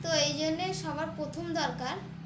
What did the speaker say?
তো এই জন্যে সবার প্রথম দরকার